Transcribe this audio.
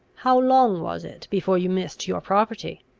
how long was it before you missed your property?